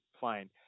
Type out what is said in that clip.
fine